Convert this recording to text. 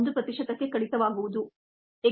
1 ಪ್ರತಿಶತಕ್ಕೆ ಕಡಿತವಾಗುವುದು